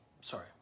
sorry